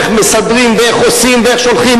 איך מסדרים ואיך עושים ואיך שולחים.